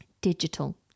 Digital